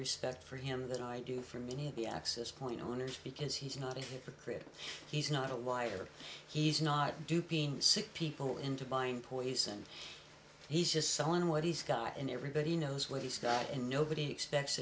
respect for him than i do for many of the access point owners because he's not a hypocrite he's not a liar he's not duping sick people into buying poison he's just selling what he's got and everybody knows what he's got and nobody expects